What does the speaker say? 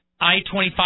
I-25